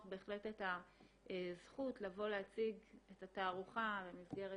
בהחלט את הזכות לבוא ולהציג את התערוכה במסגרת